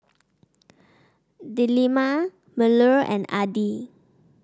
Delima Melur and Adi